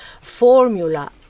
formula